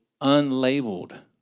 unlabeled